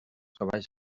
cavalls